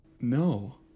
No